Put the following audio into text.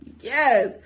Yes